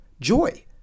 joy